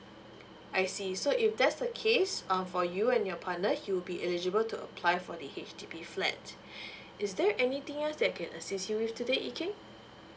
I see so if that's the case um for you and your partner you'll be eligible to apply for the H_D_B flat is there anything else that I can assist you today yee keng